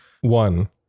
One